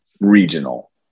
regional